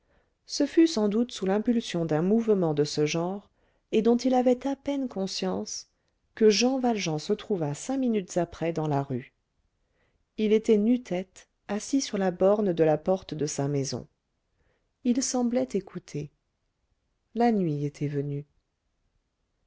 ce fut sans doute sous l'impulsion d'un mouvement de ce genre et dont il avait à peine conscience que jean valjean se trouva cinq minutes après dans la rue il était nu-tête assis sur la borne de la porte de sa maison il semblait écouter la nuit était venue